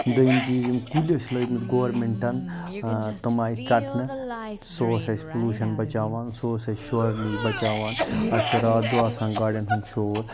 دۄیِم چیٖز یِم کُلۍ ٲسۍ لٲگمٕتۍ گورمٮ۪نٛٹَن تِم آے ژَٹنہٕ سُہ اوس اَسہِ پٕلوٗشَن بَچاوان سُہ اوس اَسہِ شورٕ نِش بَچاوان اَسہِ چھُ راتھ دۄہ آسان گاڑٮ۪ن ہُنٛد شور